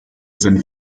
sein